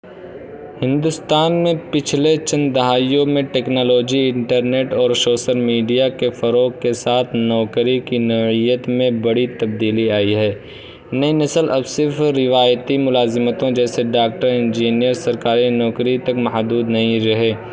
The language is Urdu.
ہندوستان میں پچھلے چند دہائیوں میں ٹیکنالوجی انٹرنیٹ اور سوشل میڈیا کے فروغ کے ساتھ نوکری کی نوعیت میں بڑی تبدیلی آئی ہے نئی نسل اب صرف روایتی ملازمتوں جیسے ڈاکٹر انجینئر سرکاری نوکری تک محدود نہیں رہی